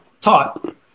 taught